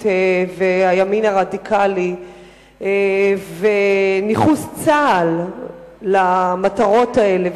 והימין הרדיקלי וניכוס צה"ל למטרות האלה,